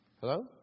Hello